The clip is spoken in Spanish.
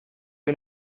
que